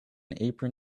apron